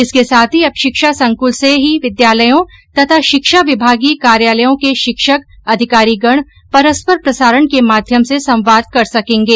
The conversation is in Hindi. इसके साथ ही अब शिक्षा संकृल से ही विद्यालयों तथा शिक्षा विभागीय कार्यालयों के शिक्षक अधिकारीगण परस्पर प्रसारण के माध्यम से संवाद कर सकेंगे